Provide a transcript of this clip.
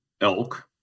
elk